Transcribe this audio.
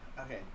Okay